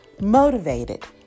motivated